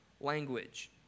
language